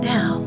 Now